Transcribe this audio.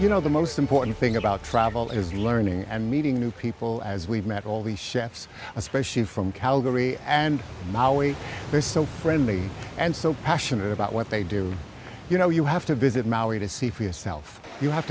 you know the most important thing about travel is learning and meeting new people as we've met all the chefs especially from calgary and they're so friendly and so passionate about what they do you know you have to visit maui to see for yourself you have